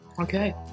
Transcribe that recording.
Okay